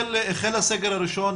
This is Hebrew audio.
החל הסגר הראשון,